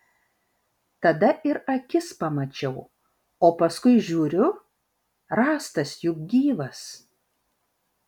tada ir akis pamačiau o paskui žiūriu rąstas juk gyvas